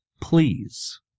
Please